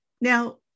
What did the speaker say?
Now